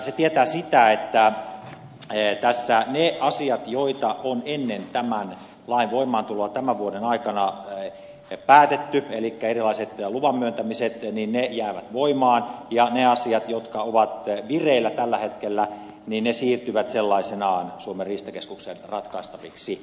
se tietää sitä että tässä ne asiat joita on ennen tämän lain voimaantuloa tämän vuoden aikana päätetty elikkä erilaiset luvan myöntämiset jäävät voimaan ja ne asiat jotka ovat vireillä tällä hetkellä siirtyvät sellaisinaan suomen riistakeskuksen ratkaistaviksi